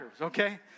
Okay